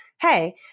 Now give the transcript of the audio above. hey